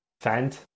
fant